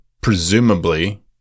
presumably